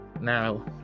now